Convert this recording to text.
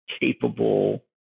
capable